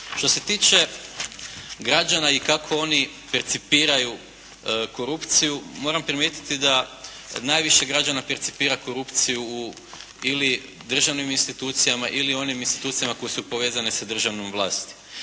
Što se tiče građana i kako oni percipiraju korupciju, moram primijetiti da najviše građana percipira korupciju u ili državnim institucijama ili onim institucijama koje su povezane sa državnom vlasti.